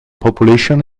population